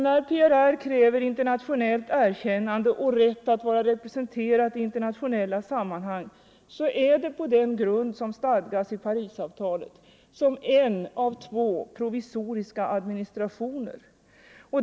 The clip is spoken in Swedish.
När PRR kräver internationellt erkännande och rätt att vara representerad i internationella sammanhang är det på den grund som stadgas i Parisavtalet, som en av två provisoriska administrationer.